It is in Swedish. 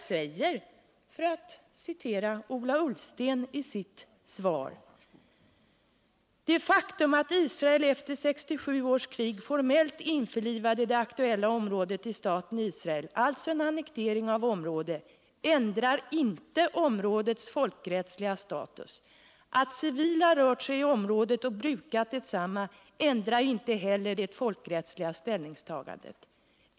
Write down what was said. Ola Ullsten säger i sitt svar: ”Det faktum att Israel efter 1967 års krig formellt införlivade det aktuella området i staten Israel — alltså en annektering av område — ändrar inte områdets folkrättsliga status. Att civila rört sig i området och brukat detsamma ändrar inte heller det folkrättsliga ställningstagandet.